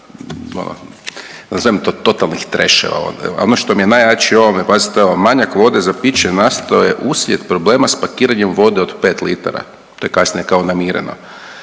da to nazovem totalnih treševa … al ono što mi je najjače u ovome pazite ovo, manjak vode za piće nastao je uslijed problema s pakiranjem vode od pet litara, to je kasnije kao namireno.